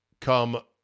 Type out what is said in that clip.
come